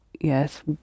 Yes